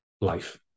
life